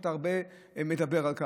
אתה הרבה מדבר על כך,